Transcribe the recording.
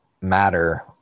matter